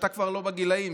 אתה כבר לא בגילאים,